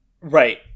Right